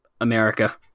America